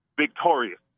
victorious